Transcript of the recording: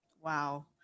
Wow